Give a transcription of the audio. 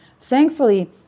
Thankfully